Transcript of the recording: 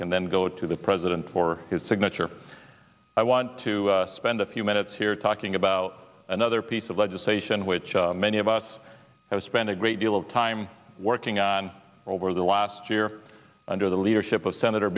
can then go to the president for his signature i want to spend a few minutes here talking about another piece of legislation which many of us have spent a great deal of time working on over the last year under the leadership of senator